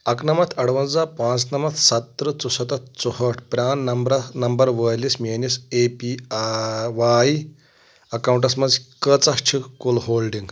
اکنمتھ ارونزا پانژھ نمتھ ستتٕرٕه ژُستتھ ژُہٲٹھ پران نمبرہ نمبر وٲلِس میٲنِس اے پی واے اکاؤنٹس مَنٛز کٲژاہ چھِ کل ہولڈنگ